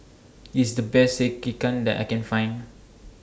IS The Best Sekihan that I Can Find